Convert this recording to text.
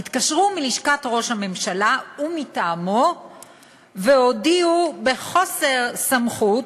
התקשרו מלשכת ראש הממשלה ומטעמו והודיעו בחוסר סמכות